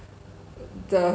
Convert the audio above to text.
the